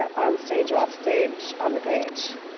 ah on stage, off stage, on the page.